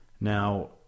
Now